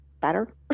better